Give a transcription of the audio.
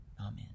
Amen